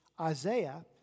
Isaiah